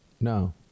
No